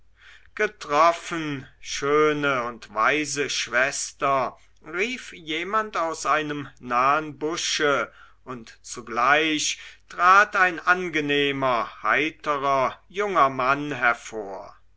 getroffen schöne und weise schwester rief jemand aus einem nahen busche und zugleich trat ein angenehmer heiterer junger mann hervor